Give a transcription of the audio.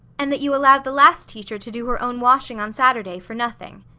and that you allowed the last teacher to do her own washing on saturday, for nothing.